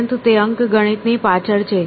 પરંતુ તે અંકગણિતની પાછળ છે